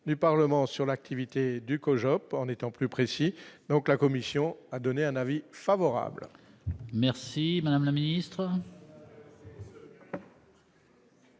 du Parlement sur l'activité du COJO en étant plus précis, donc la commission a donné un avis favorable. Merci madame la ministre.